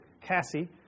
Cassie